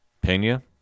Pena